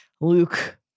Luke